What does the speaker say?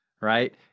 Right